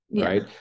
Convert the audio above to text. right